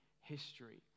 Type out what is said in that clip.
history